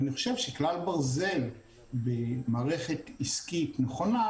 אני חושב שכלל ברזל במערכת עסקית נכונה,